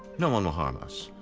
no one will harm us.